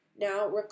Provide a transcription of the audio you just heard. Now